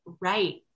right